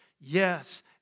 yes